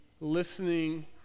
listening